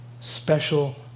special